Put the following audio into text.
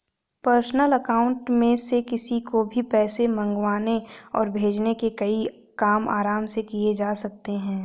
personal account में से किसी को भी पैसे मंगवाने और भेजने के कई काम आराम से किये जा सकते है